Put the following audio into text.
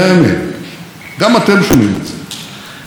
מתפעלים מעוצמתנו הצבאית והמודיעינית.